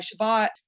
Shabbat